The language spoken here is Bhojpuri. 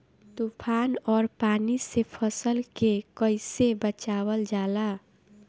तुफान और पानी से फसल के कईसे बचावल जाला?